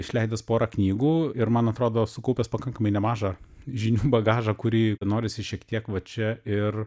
išleidęs porą knygų ir man atrodo sukaupęs pakankamai nemažą žinių bagažą kurį norisi šiek tiek va čia ir